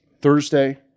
Thursday